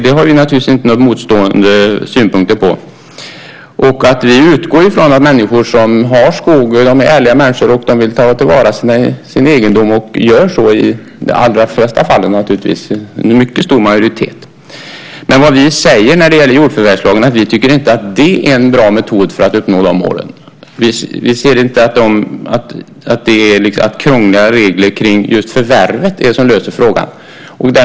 Det har vi inte några motsatta synpunkter på. Vi utgår från att människor som har skog är ärliga människor som vill ta till vara sin egendom och gör så i de allra flesta fall, en mycket stor majoritet. Men vi säger när det gäller jordförvärvslagen att vi inte tycker att det är en bra metod för att uppnå de målen. Vi ser inte att krångliga regler kring förvärvet löser frågan.